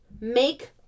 Make